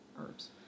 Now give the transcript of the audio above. herbs